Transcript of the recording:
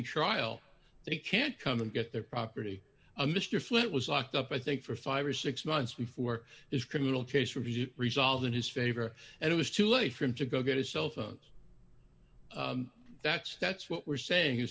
trial they can't come and get their property a mr flint was locked up i think for five or six months before his criminal case for be resolved in his favor and it was too late for him to go get his cell phones that's that's what we're saying is